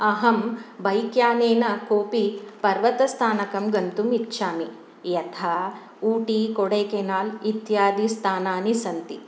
अहं बैक् यानेन कोपि पर्वतस्थानकं गन्तुम् इच्छामि यथा ऊटि कोडेकेनल् इत्यादि स्थानानि सन्ति